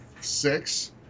six